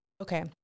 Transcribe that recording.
okay